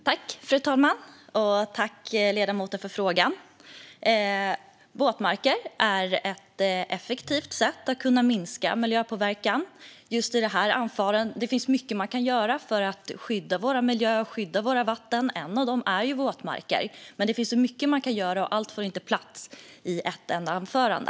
Fru talman! Jag tackar ledamoten för frågan. Våtmarker är ett effektivt sätt att minska miljöpåverkan. Det finns mycket man kan göra för att skydda vår miljö och våra vatten, bland annat med våtmarker. Allt får dock inte plats i ett enda anförande.